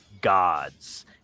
gods